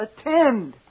attend